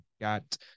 got